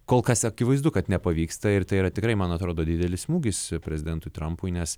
kol kas akivaizdu kad nepavyksta ir tai yra tikrai man atrodo didelis smūgis prezidentui trampui nes